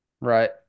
Right